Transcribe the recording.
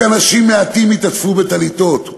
רק אנשים מעטים התעטפו בטליתות.